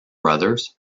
brothers